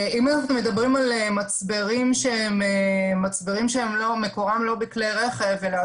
אם אנחנו מדברים על מצברים שמקורם לא בכלי רכב אלא